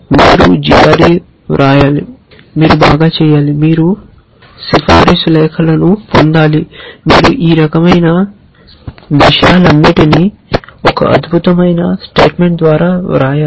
మీరు gre వ్రాయాలి మీరు బాగా చేయాలి మీరు సిఫార్సు లేఖలను పొందాలి మీరు ఈ రకమైన విషయాలన్నింటినీ ఒక అద్భుతమైన స్టేట్మెంట్ ద్వారా వ్రాయాలి